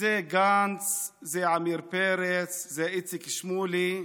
זה גנץ, זה עמיר פרץ, זה איציק שמולי,